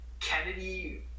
Kennedy